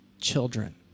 children